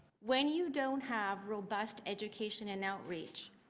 when you don't have robust education and outreach,